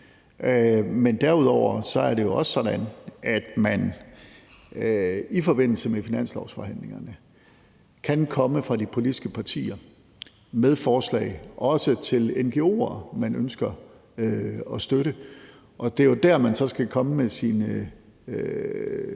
Men derudover er det jo også sådan, at man i forbindelse med finanslovsforhandlinger kan komme fra de politiske partier med forslag, også til ngo'er, man ønsker at støtte. Det er jo der, man så skal komme med sine forslag,